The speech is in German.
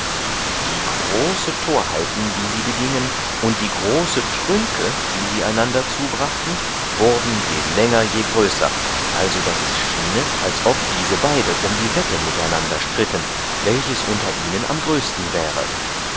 die große torheiten die sie begiengen und die große trünke die sie einander zubrachten wurden je länger je größer also daß es schiene als ob diese beide um die wette miteinander stritten welches unter ihnen am größten wäre